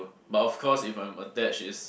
but of course if I'm attached is